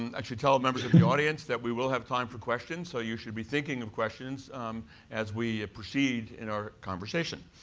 and actually, tell members of the audience that we will have time for questions. so you should be thinking of questions as we proceed in our conversation.